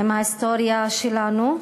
עם ההיסטוריה שלנו,